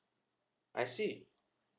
I see